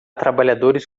trabalhadores